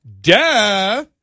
Duh